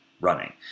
running